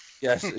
Yes